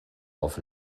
auf